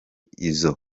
izo